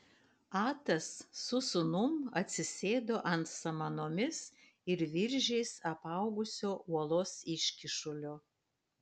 atas su sūnum atsisėdo ant samanomis ir viržiais apaugusio uolos iškyšulio